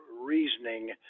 reasoning